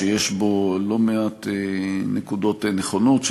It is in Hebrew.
שיש בו לא מעט נקודות נכונות,